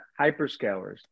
hyperscalers